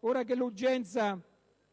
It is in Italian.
Ora, che l'urgenza